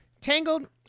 Tangled